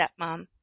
stepmom